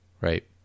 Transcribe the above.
Right